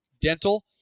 dental